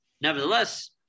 Nevertheless